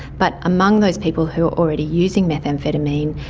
but among those people who are already using methamphetamine,